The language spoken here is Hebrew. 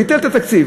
ביטל את התקציב.